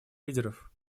лидеров